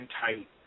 tight